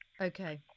Okay